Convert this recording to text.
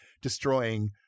destroying